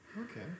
Okay